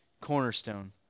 cornerstone